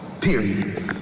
period